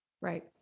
Right